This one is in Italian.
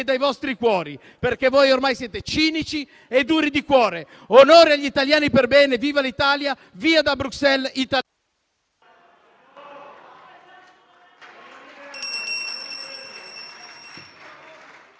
dai vostri cuori perché voi ormai siete cinici e duri di cuore. Onore agli italiani per bene. Viva l'Italia, via da Bruxelles...